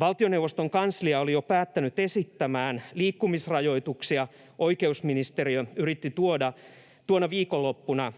Valtioneuvoston kanslia oli jo päättänyt esittää liikkumisrajoituksia, oikeusministeriö yritti tuona viikonloppuna